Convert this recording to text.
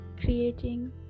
creating